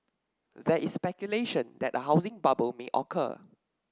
there is speculation that a housing bubble may occur